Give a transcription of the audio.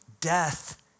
Death